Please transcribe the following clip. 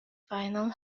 final